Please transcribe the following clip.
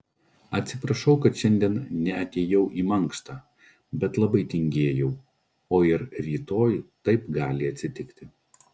atsiprašau kad šiandien neatėjau į mankštą bet labai tingėjau o ir rytoj taip gali atsitikti